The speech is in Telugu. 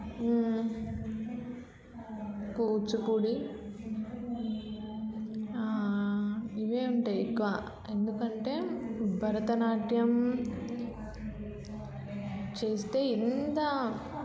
కూచిపూడి ఇవే ఉంటాయి ఎక్కువ ఎందుకంటే భరతనాట్యం చేస్తే ఎంత